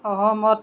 সহমত